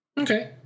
Okay